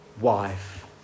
wife